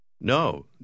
No